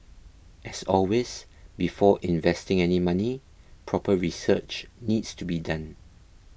as always before investing any money proper research needs to be done